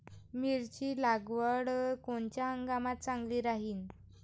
मिरची लागवड कोनच्या हंगामात चांगली राहीन?